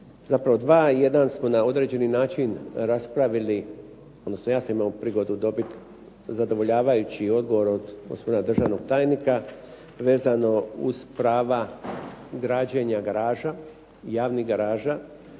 Zapravo dva i jedan smo na određeni način raspravili odnosno ja sam imao prigodu dobiti zadovoljavajući odgovor od gospodina državnog tajnika vezano uz prava građenja javnih garaža.